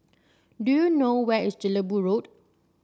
do you know where is Jelebu Road